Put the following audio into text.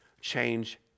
change